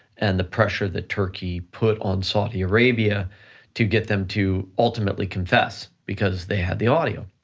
and the pressure that turkey put on saudi arabia to get them to ultimately confess because they had the audio.